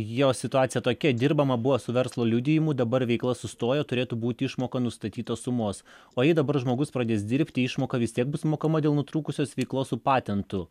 jos situacija tokia dirbama buvo su verslo liudijimu dabar veikla sustojo turėtų būti išmoka nustatytos sumos o jei dabar žmogus pradės dirbti išmoka vis tiek bus mokama dėl nutrūkusios veiklos su patentu